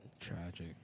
Tragic